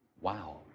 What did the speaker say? Wow